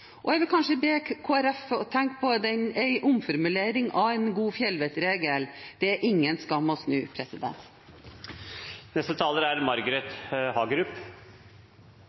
Jeg vil kanskje be Kristelig Folkeparti også her tenke på en god fjellvettregel: Det er ingen skam å snu.